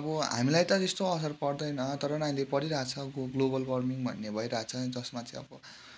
अब हामीलाई त त्यस्तो असर पर्दैन तर पनि अहिले परिरहेको छ गो ग्लोबल वर्मिङ भन्ने भइरहेको छ जसमा चाहिँ अब